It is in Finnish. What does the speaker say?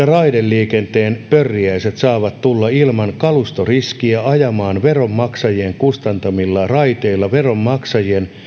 raideliikenteen pörriäiset saavat tulla ilman kalustoriskiä ajamaan veronmaksajien kustantamilla raiteilla veronmaksajien